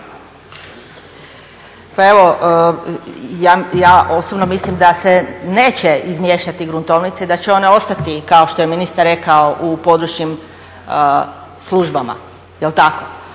evo ja osobno mislim da se neće izmještati gruntovnice i da će one ostati kao što je ministar rekao u područnim službama jel' tako?